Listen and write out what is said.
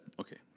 okay